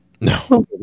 No